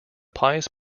pious